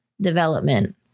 development